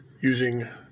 using